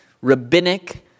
rabbinic